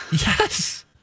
Yes